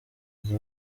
iyi